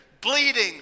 bleeding